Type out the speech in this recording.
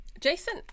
jason